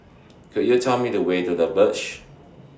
Could YOU Tell Me The Way to The Verge